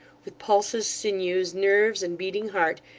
with pulses, sinews, nerves, and beating heart,